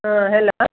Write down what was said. हँ हेलो